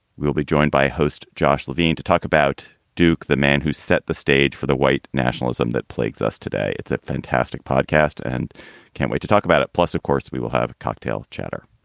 we'll be joined by host josh levine to talk about duke. the man who set the stage for the white nationalism that plagues us today. it's a fantastic podcast and can't wait to talk about it. plus, of course, we will have a cocktail chatter.